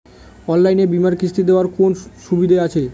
অনলাইনে বীমার কিস্তি দেওয়ার কোন সুবিধে আছে?